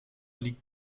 liegt